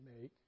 make